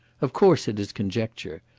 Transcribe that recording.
of course it is conjecture.